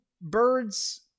Birds